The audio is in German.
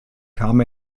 kam